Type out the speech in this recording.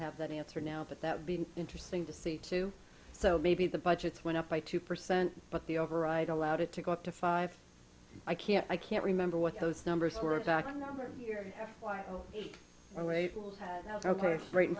have that answer now but that would be interesting to see too so maybe the budgets went up by two percent but the override allowed it to go up to five i can't i can't remember what those numbers were a back number here or a fool ok right in